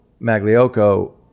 Magliocco